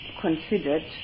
considered